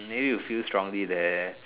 maybe you feel strongly there